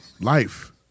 Life